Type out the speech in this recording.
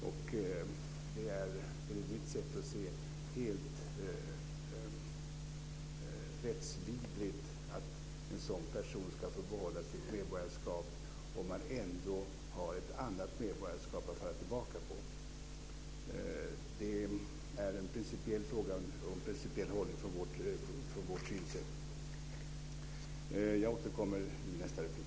Det är enligt mitt sätt att se helt rättsvidrigt att en sådan person ska få behålla sitt medborgarskap om den ändå har ett annat medborgarskap att falla tillbaka på. Det är en principiell fråga och en principiell hållning utifrån vårt synsätt. Jag återkommer i nästa replik.